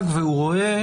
מיוצג והוא רואה.